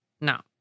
No